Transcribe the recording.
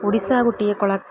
ଓଡ଼ିଶା ଗୋଟଏ କଳା